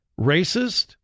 racist